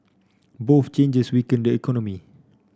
both changes weaken the economy